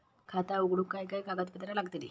खाता उघडूक काय काय कागदपत्रा लागतली?